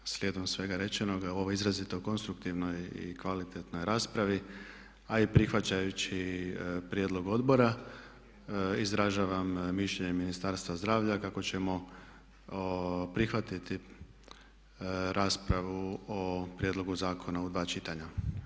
Slijedom svega rečenoga u ovoj izrazito konstruktivnoj i kvalitetnoj raspravi a i prihvaćajući prijedlog Odbora izražavam mišljenje Ministarstva zdravlja kako ćemo prihvatiti raspravu o prijedlogu zakona u dva čitanja.